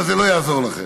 אבל זה לא יעזור לכם.